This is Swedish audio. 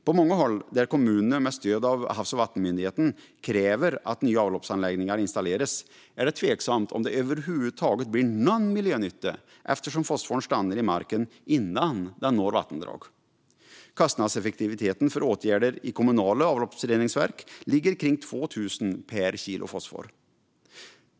På många håll där kommunerna med stöd av Havs och vattenmyndigheten kräver att nya avloppsanläggningar installeras är det tveksamt om det över huvud taget blir någon miljönytta eftersom fosforn stannar i marken innan den når vattendraget. Kostnadseffektiviteten för åtgärder i kommunala avloppsreningsverk ligger omkring 2 000 kronor per kilo fosfor.